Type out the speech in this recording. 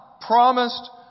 promised